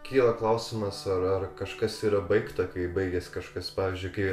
kyla klausimas ar ar kažkas yra baigta kai baigiasi kažkas pavyzdžiui kai